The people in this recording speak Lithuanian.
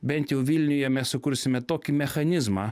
bent jau vilniuje mes sukursime tokį mechanizmą